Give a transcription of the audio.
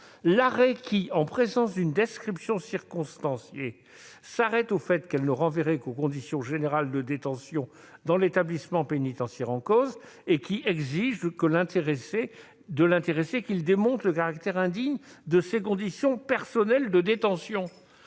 l'arrêt qui, en présence d'une description circonstanciée, s'arrête au fait qu'elle ne renverrait qu'aux conditions générales de détention dans l'établissement pénitentiaire en cause et qui exige de l'intéressé qu'il démontre le caractère indigne de ses conditions personnelles de détention.